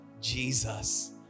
Jesus